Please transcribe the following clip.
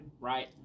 Right